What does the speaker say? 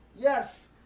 yes